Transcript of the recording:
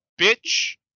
bitch